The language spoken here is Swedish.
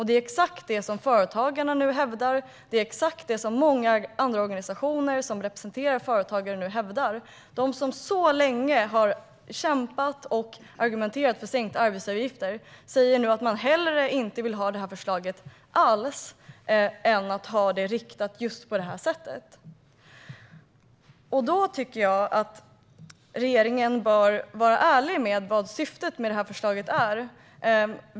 Det är just detta som Företagarna nu hävdar, och det är också detta som många andra organisationer som representerar företagare nu hävdar. De som så länge har kämpat och argumenterat för sänkta arbetsgivaravgifter säger nu att de hellre inte vill ha detta förslag alls än att det riktas på just detta sätt. Då tycker jag att regeringen bör vara ärlig med vad syftet med detta förslag är.